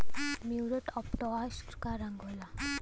Muriate of potash के रंग का होला?